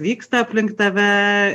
vyksta aplink tave